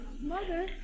Mother